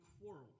quarrel